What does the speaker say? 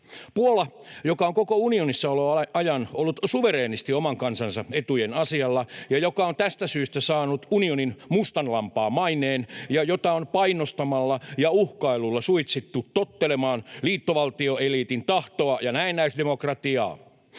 Puola, joka on koko unionissaoloajan ollut suvereenisti oman kansansa etujen asialla ja joka on tästä syystä saanut unionin mustan lampaan maineen ja jota on painostamalla ja uhkailulla suitsittu tottelemaan liittovaltioeliitin tahtoa ja näennäisdemokratiaa,